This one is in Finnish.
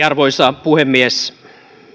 arvoisa puhemies